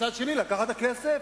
ומצד שני לקחת את הכסף.